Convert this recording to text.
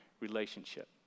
relationship